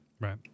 right